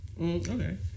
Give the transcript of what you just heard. Okay